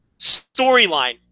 storyline